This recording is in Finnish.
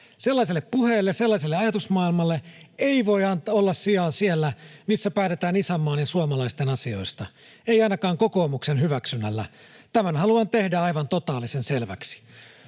Sellaiselle puheelle, sellaiselle ajatusmaailmalle ei voi olla sijaa siellä, missä päätetään isänmaan ja suomalaisten asioista. Ei ainakaan kokoomuksen hyväksynnällä. Tämän haluan tehdä aivan totaalisen selväksi.”